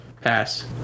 pass